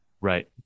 Right